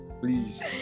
please